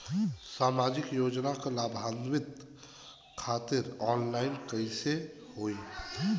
सामाजिक योजना क लाभान्वित खातिर ऑनलाइन कईसे होई?